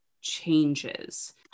changes